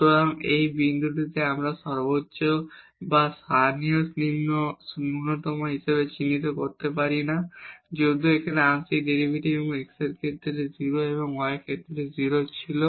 সুতরাং এই বিন্দুটিকে আমরা লোকাল ম্যাক্সিমা এবং লোকাল মিনিমা হিসাবে চিহ্নিত করতে পারি না যদিও এখানে আংশিক ডেরিভেটিভস x এর ক্ষেত্রে 0 এবং y এর ক্ষেত্রে 0 ছিল